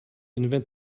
invent